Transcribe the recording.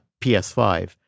PS5